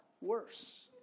worse